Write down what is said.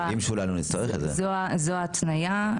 זו ההתניה,